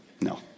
No